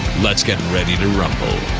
let's get ready to rumble